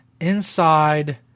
inside